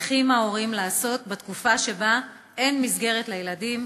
צריכים ההורים לעשות בתקופה שבה אין מסגרת לילדים,